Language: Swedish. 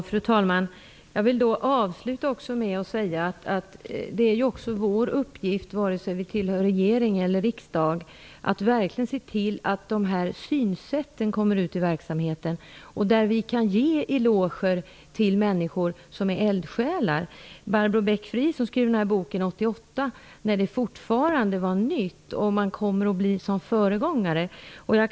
Fru talman! Det är vår uppgift, vare sig vi tillhör regeringen eller vi tillhör riksdagen, att verkligen se till att de här synsätten kommer ut i verksamheten och att vi kan ge en eloge till de människor som är eldsjälar. Barbro Beck-Friis skrev den aktuella boken 1988, när det här fortfarande var nytt och när man var föregångare.